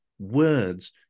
words